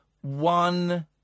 one